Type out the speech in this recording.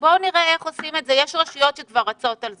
יש רשויות שכבר עושים את זה,